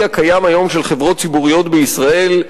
הקיים היום של חברות ציבוריות בישראל,